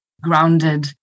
grounded